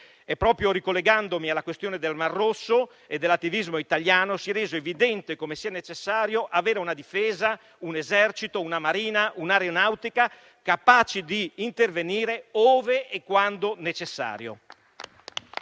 Proprio ricollegandomi alla questione del mar Rosso e dell'attivismo italiano, si è reso evidente come sia necessario avere una difesa, un Esercito, una Marina, un'Aeronautica capaci di intervenire ove e quando necessario.